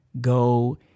go